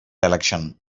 election